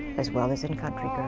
as well as in country girl.